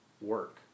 work